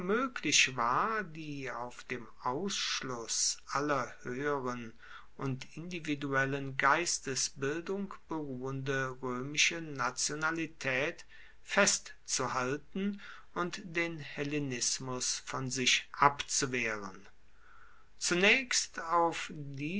moeglich war die auf dem ausschluss aller hoeheren und individuellen geistesbildung beruhende roemische nationalitaet festzuhalten und den hellenismus von sich abzuwehren zunaechst auf